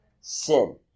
Sin